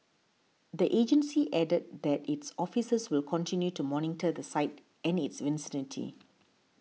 the agency added that its officers will continue to monitor the site and its vicinity